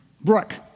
Brooke